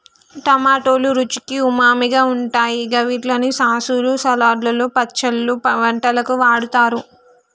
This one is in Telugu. టమాటోలు రుచికి ఉమామిగా ఉంటాయి గవిట్లని సాసులు, సలాడ్లు, పచ్చళ్లు, వంటలకు వాడుతరు